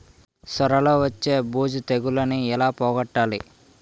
సొర లో వచ్చే బూజు తెగులని ఏల పోగొట్టాలి?